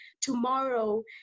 tomorrow